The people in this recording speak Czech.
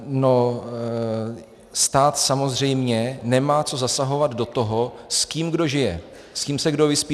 No, stát samozřejmě nemá co zasahovat do toho, s kým kdo žije, s kým se kdo vyspí.